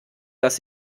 dass